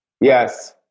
Yes